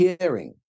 hearing